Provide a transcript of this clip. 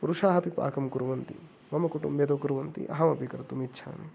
पुरुषाः अपि पाकं कुर्वन्ति मम कुटुम्बे तु कुर्वन्ति अहमपि कर्तुम् इच्छामि